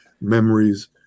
memories